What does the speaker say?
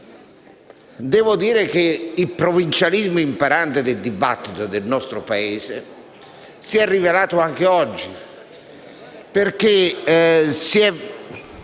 devo dire che il provincialismo imperante del dibattito nel nostro Paese si è rivelato anche oggi,